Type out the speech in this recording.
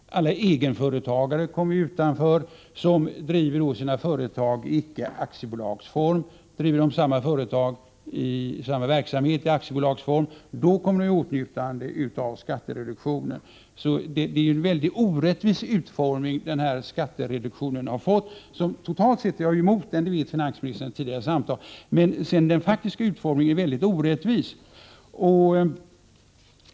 Alla egenföretagare kommer också att stå utanför, om de inte driver företaget i aktiebolagsform. Drivs samma företag i aktiebolagsform, kommer vederbörande i åtnjutande av skattereduktionen. Skattereduktionen har alltså fått en mycket orättvis utformning. Rent allmänt är jag emot förslaget, det vet finansministern sedan tidigare, dessutom är den faktiska utformningen mycket orättvis.